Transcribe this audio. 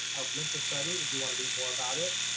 i've linked the survey if you wanna read more about it,